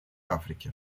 африке